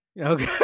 Okay